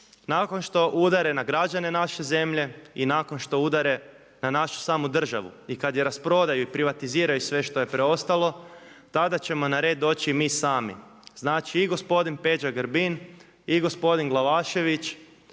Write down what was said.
nakon što udare na građane naše zemlje i nakon što udare na našu samu državu i kad je rasprodaju i privatiziraju sve što je preostalo tada ćemo na red doći i mi sami. Znači i gospodin Peđa Grbin i gospodin Glavašević